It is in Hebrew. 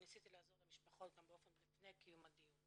ניסיתי לעזור למשפחות גם לפני הדיון.